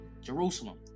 Jerusalem